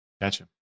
Gotcha